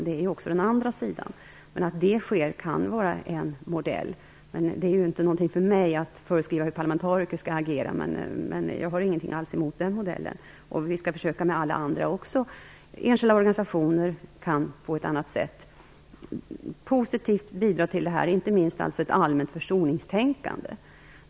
Det ankommer dock inte på mig att föreskriva hur parlamentariker skall agera, men jag har inte alls något emot den modellen. Vi skall försöka med alla andra modeller också. Enskilda organisationer kan t.ex. på ett annat sätt positivt bidra, inte minst till ett allmänt försoningstänkande.